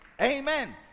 Amen